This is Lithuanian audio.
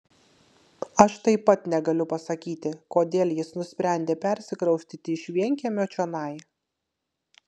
aš taip pat negaliu pasakyti kodėl jis nusprendė persikraustyti iš vienkiemio čionai